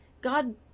God